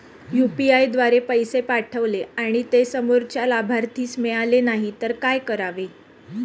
UPI द्वारे पैसे पाठवले आणि ते समोरच्या लाभार्थीस मिळाले नाही तर काय करावे?